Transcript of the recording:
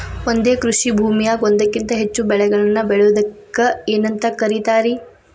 ಒಂದೇ ಕೃಷಿ ಭೂಮಿಯಾಗ ಒಂದಕ್ಕಿಂತ ಹೆಚ್ಚು ಬೆಳೆಗಳನ್ನ ಬೆಳೆಯುವುದಕ್ಕ ಏನಂತ ಕರಿತಾರಿ?